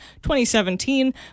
2017